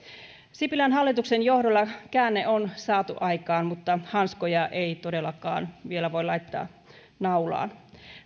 sipilän hallituksen johdolla käänne on saatu aikaan mutta hanskoja ei todellakaan vielä voi laittaa naulaan